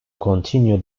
continue